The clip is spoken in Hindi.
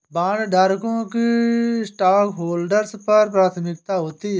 बॉन्डधारकों की स्टॉकहोल्डर्स पर प्राथमिकता होती है